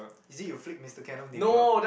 is it you flick Mister Kenneth nipple